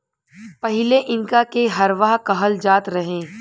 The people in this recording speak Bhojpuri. पहिले इनका के हरवाह कहल जात रहे